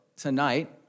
tonight